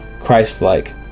Christ-like